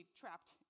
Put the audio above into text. trapped